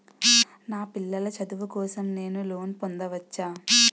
నా పిల్లల చదువు కోసం నేను లోన్ పొందవచ్చా?